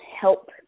help